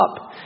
up